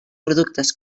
productes